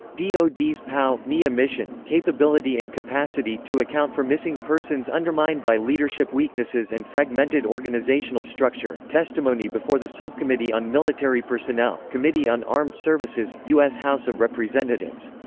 ah dod's pow mia mission capability and capacity to account for missing persons undermined by leadership weaknesses and fragmented organizational structure testimony before the subcommittee on military personnel, committee on armed services, u s. house of representatives.